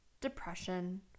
depression